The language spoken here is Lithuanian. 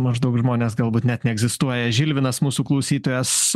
maždaug žmonės galbūt net neegzistuoja žilvinas mūsų klausytojas